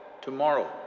tomorrow